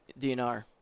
DNR